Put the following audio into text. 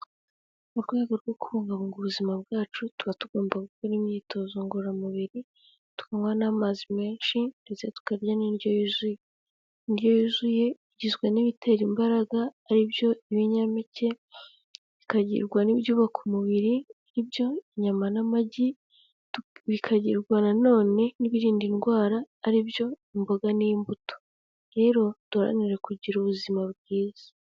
Mu rwego rwo kubungabunga ubuzima bwacu, tuba tugomba gukora imyitozo ngororamubiri, tukanywa n'amazi menshi ndetse tukarya n'indyo yuzuye. Indyo yuzuye igizwe n'ibitera imbaraga ari byo ibinyampeke, ikagirwa n'ibyubaka umubiri ari byo inyama n'amagi, ikagirwa nanone n'ibirinda indwara ari byo imboga n'imbuto. Rero duharanire kugira ubuzima bwiza.